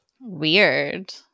Weird